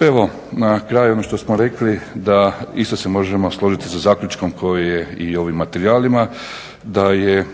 Evo, na kraju ono što smo rekli da isto se možemo složiti sa zaključkom koji je i u ovim materijalima da je